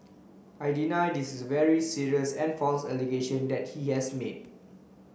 I deny this is very serious and false allegation that he has made